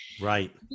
Right